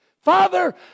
Father